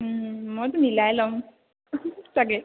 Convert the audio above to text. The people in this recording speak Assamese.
ও মইতো নীলাই ল'ম চাগৈ